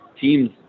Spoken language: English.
teams